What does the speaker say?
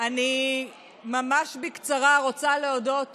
אני ממש בקצרה רוצה להודות